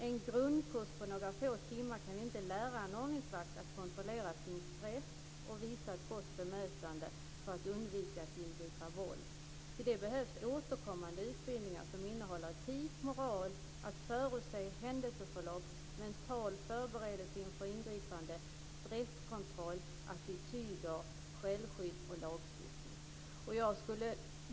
En grundkurs på några få timmar kan inte lära en ordningsvakt att kontrollera sin stress och visa ett gott bemötande så att han ska kunna undvika att tillgripa våld. För det behövs återkommande utbildningar som innehåller etik och moral, kunskap om hur man förutser händelseförlopp, mental förberedelse inför ingripande, stresskontroll, attityder, självskydd och lagstiftning.